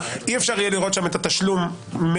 אי-אפשר יהיה לראות שם את התשלום מהמאהבת,